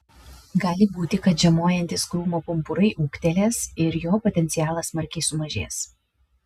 gali būti kad žiemojantys krūmo pumpurai ūgtelės ir jo potencialas smarkiai sumažės